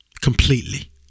Completely